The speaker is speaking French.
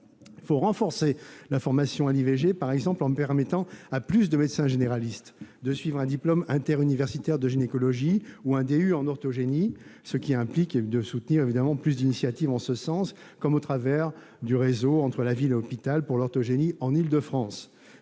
Il faut aussi renforcer la formation à l'IVG, par exemple en permettant à plus de médecins généralistes de suivre un diplôme interuniversitaire de gynécologie ou un DU en orthogénie, ce qui implique de soutenir plus d'initiatives en ce sens, comme au travers du réseau entre la ville et l'hôpital pour l'orthogénie en Île-de-France.